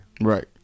Right